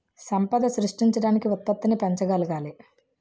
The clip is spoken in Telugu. సంపద సృష్టించడానికి ఉత్పత్తిని పెంచగలగాలి